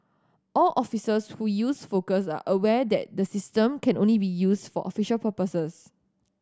all officers who use Focus are aware that the system can only be used for official purposes